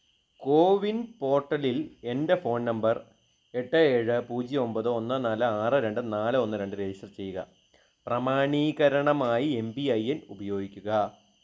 കോവിൻ പോർട്ടലിൽ എന്റെ phone number എട്ട് ഏഴ് പൂജ്യം ഒൻപത് ഒന്ന് നാല് ആറ് രണ്ട് നാല് ഒന്ന് രണ്ട് രജിസ്റ്റർ ചെയ്യുക പ്രമാണീകരണമായി എം പി ഐ എന് ഉപയോഗിക്കുക